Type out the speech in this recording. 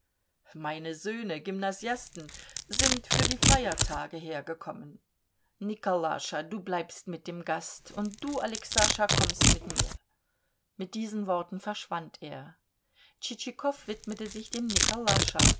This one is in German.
meine söhne gymnasiasten sind für die feiertage hergekommen nikolascha du bleibst mit dem gast und du alexascha kommst mit mir mit diesen worten verschwand er tschitschikow widmete sich dem